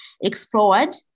explored